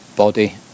body